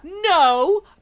No